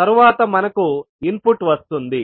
తరువాత మనకు ఇన్పుట్ వస్తుంది